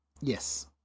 Yes